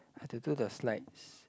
I have to do the slides